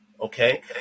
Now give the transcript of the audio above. okay